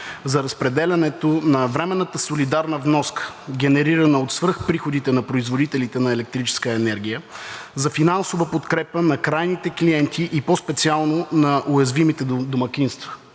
за разпределянето на временната солидарна вноска, генерирана от свръхприходите на производителите на електрическа енергия, за финансова подкрепа на крайните клиенти и по-специално на уязвимите домакинства?